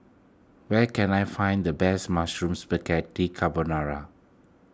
where can I find the best Mushroom Spaghetti Carbonara